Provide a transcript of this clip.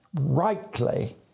rightly